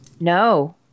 No